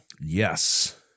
Yes